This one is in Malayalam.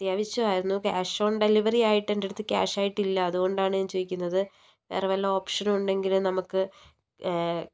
അത്യാവശ്യമായിരുന്നു ക്യാഷ് ഓൺ ഡെലിവറി ആയിട്ട് എന്റെ അടുത്ത് ക്യാഷ് ആയിട്ടില്ല അതുകൊണ്ടാണ് ഞാൻ ചോദിക്കുന്നത് വേറെ വല്ല ഓപ്ഷനുണ്ടെങ്കില് നമുക്ക്